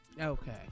Okay